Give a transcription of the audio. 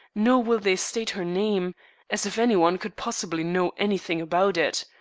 nor will they state her name as if any one could possibly know anything about it.